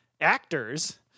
actors